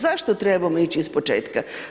Zašto trebamo ići iz početka?